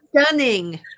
stunning